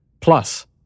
Plus